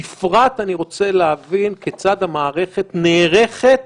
בפרט, אני רוצה להבין כיצד המערכת נערכת